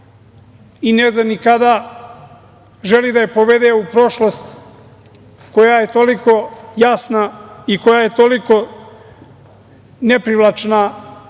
i ne zna ni kada, želi da je povede u prošlost, koja je toliko jasna i koja je toliko neprivlačna